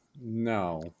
no